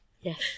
Yes